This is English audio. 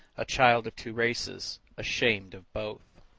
a child of two races, ashamed of both.